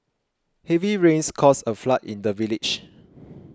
heavy rains caused a flood in the village